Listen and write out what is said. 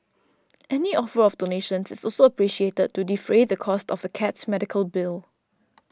any offer of donations is also appreciated to defray the costs of the cat's medical bill